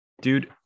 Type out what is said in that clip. dude